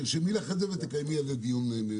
תרשמי לך את זה ותקיימי על זה דיון מקצועי.